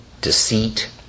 deceit